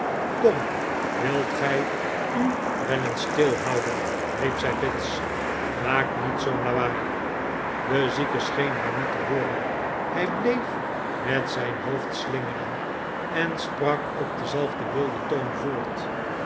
kom wilt gij u wel eens stilhouden riep zij bits maak niet zoo'n lawaai de zieke scheen haar niet te hooren hij bleef met zijn hoofd slingeren en sprak op denzelfden wilden toon voort